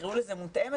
תקראו לזה מותאמת,